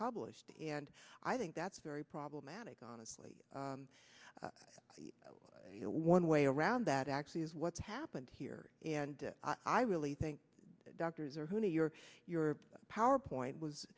published and i think that's very problematic honestly one way around that actually is what's happened here and i really think doctors are who your your power point was